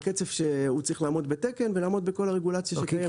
והקצף צריך לעמוד בתקן ולעמוד בכל הרגולציה של כיבוי.